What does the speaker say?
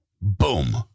Boom